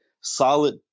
solid